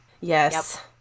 Yes